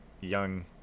young